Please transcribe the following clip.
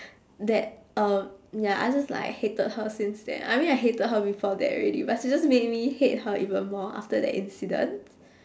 that um ya I just like hated her since then I mean I hated her before that already but she just make me hate her even more after that incident